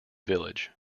village